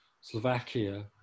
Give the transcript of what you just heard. slovakia